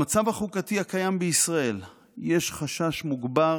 במצב החוקתי הקיים בישראל יש חשש מוגבר